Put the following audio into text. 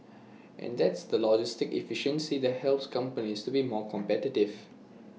and that's the logistic efficiency that helps companies to be more competitive